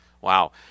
Wow